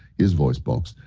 his voice box,